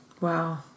wow